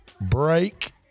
break